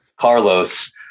Carlos